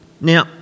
Now